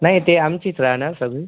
नाही ते आमचीच राहणार सगळी